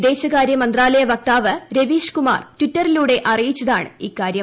വിദേശകാര്യമന്ത്രാലയ വക്താവ് രവീഷ്കുമാർ ട്ടിറ്ററിലൂടെ അറിയിച്ചതാണ് ഇക്കാര്യം